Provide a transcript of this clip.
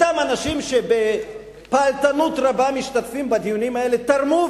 אותם אנשים שבפעלתנות רבה משתתפים בדיונים האלה תרמו,